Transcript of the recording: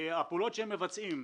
הפעולות שהם מבצעים: